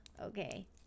okay